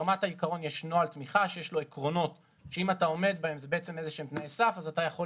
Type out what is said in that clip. תמיכה שאם אתה עומד בתנאי הסף שלו אז אתה יכול